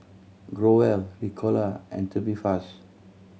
Growell Ricola and Tubifast